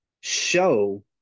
show